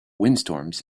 windstorms